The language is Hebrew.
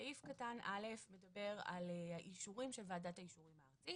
לעסוק בזה שנה ואף אחד לא יודע ובתום השנה צריך לבדוק.